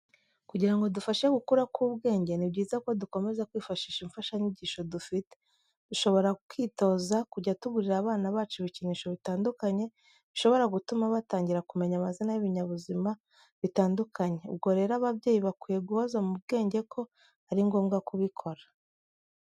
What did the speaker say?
Kugira ngo dufashe gukura k'ubwenge, ni byiza ko dukomeza kwifashisha imfashanyigisho dufite. Dushobora kwitoza kujya tugurira abana bacu ibikinisho bitandukanye bishobora gutuma batangira kumenya amazina y'ibinyabuzima bitandukanye. Ubwo rero ababyeyi bakwiye guhoza mu bwenge ko ari ngombwa kubikora.